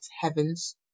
Heaven's